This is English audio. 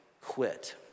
quit